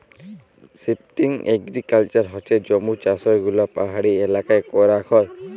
shifting agriculture হচ্যে জুম চাষযেগুলা পাহাড়ি এলাকায় করাক হয়